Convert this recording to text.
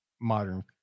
modern